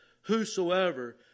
Whosoever